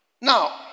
Now